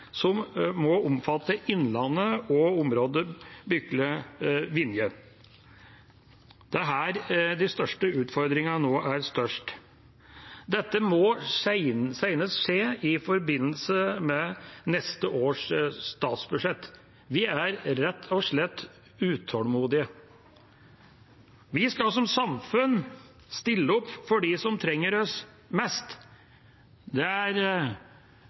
som må omfatte Innlandet og området Bykle/Vinje. Det er her utfordringene nå er størst. Dette må senest skje i forbindelse med neste års statsbudsjett. Vi er rett og slett utålmodige. Vi skal som samfunn stille opp for dem som trenger oss mest. Det er